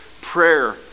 prayer